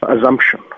assumption